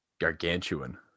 gargantuan